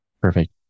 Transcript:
Perfect